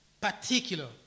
particular